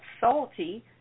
salty